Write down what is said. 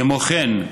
כמו כן,